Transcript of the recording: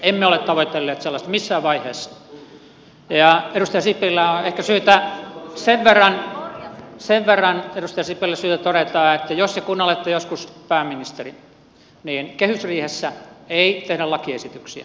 emme ole tavoitelleet sellaista missään vaiheessa ja ehkä sen verran edustaja sipilä on syytä todeta että jos ja kun olette joskus pääministeri niin kehysriihessä ei tehdä lakiesityksiä